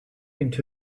into